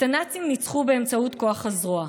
את הנאצים ניצחו באמצעות כוח הזרוע,